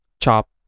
chop